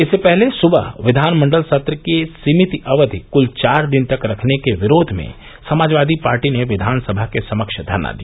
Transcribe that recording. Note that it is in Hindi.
इससे पहले सुबह विघानमंडल सत्र के सीमित अवधि क्ल चार दिन तक रखने के विरोध में समाजवादी पार्टी ने विधानसभा के समक्ष धरना दिया